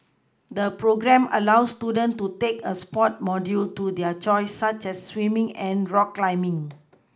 the programme allows students to take a sports module to their choice such as swimming and rock climbing